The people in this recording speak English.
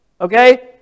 Okay